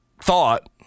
thought